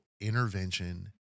intervention